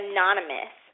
Anonymous